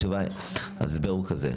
לא, אז התשובה, ההסבר הוא כזה: